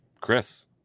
Chris